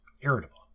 irritable